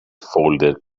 folder